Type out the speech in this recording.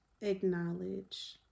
acknowledge